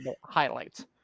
highlights